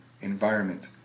environment